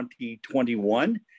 2021